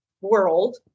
world